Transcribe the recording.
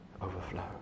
overflow